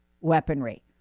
weaponry